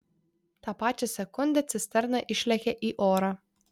tą pačią sekundę cisterna išlekia į orą